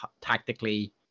tactically